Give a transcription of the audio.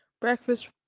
Breakfast